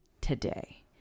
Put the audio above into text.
today